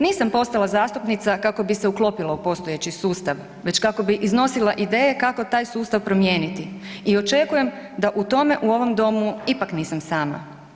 Nisam postala zastupnica kako bi se uklopila u postojeći sustav, već kako bi iznosila ideje kako taj sustav promijeniti i očekujem da o tome u ovom domu ipak nisam sama.